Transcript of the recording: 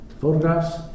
photographs